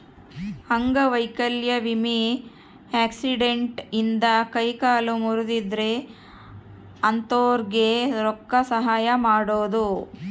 ಅಂಗವೈಕಲ್ಯ ವಿಮೆ ಆಕ್ಸಿಡೆಂಟ್ ಇಂದ ಕೈ ಕಾಲು ಮುರ್ದಿದ್ರೆ ಅಂತೊರ್ಗೆ ರೊಕ್ಕ ಸಹಾಯ ಮಾಡೋದು